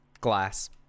Glass